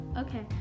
okay